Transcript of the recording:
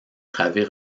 travées